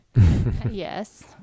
Yes